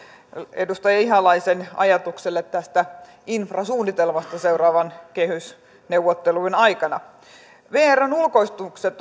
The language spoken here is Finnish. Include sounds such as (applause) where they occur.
edustaja ihalaisen ajatukselle tästä infrasuunnitelmasta seuraavien kehysneuvottelujen aikana vrn ulkoistukset (unintelligible)